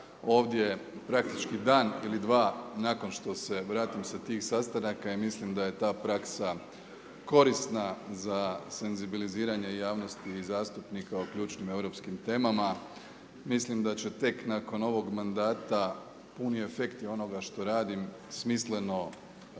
ovdje praktički dan ili dva nakon što se vratim sa tih sastanaka i mislim da je ta praksa korisna za senzibiliziranje javnosti o zastupnika u ključnim europskim temama. Mislim da će tek nakon ovog mandata puni efekti onoga što radim, smisleno, namjerno